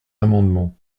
amendements